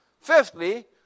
Fifthly